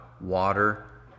water